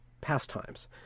pastimes